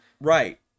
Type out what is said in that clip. Right